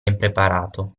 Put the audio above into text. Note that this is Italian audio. impreparato